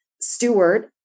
steward